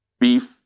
beef